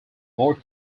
more